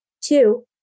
Two